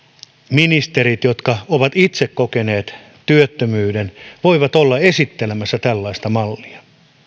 ministerit jotka ovat itse kokeneet työttömyyden voivat olla esittelemässä tällaista mallia